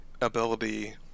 ability